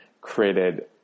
created